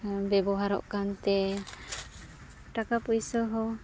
ᱵᱮᱵᱚᱦᱟᱨᱚᱜ ᱠᱟᱱᱛᱮ ᱴᱟᱠᱟ ᱯᱩᱭᱥᱟᱹ ᱦᱚᱸ